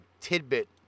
tidbit